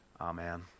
Amen